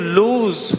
lose